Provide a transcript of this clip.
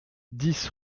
dix